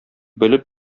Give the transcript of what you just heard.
белеп